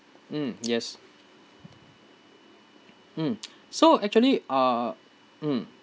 mm yes mm so actually uh mm